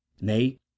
Nay